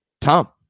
Tom